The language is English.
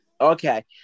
Okay